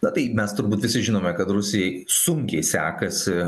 na tai mes turbūt visi žinome kad rusijai sunkiai sekasi